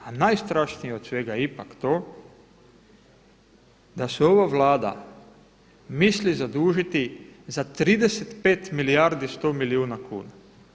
A najstrašnije od svega ipak je to da se ova Vlada misli zadužiti za 35 milijardi 100 milijuna kuna.